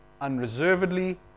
unreservedly